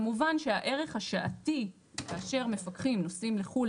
כמובן שהערך השעתי כאשר מפקחים נוסעים לחו"ל,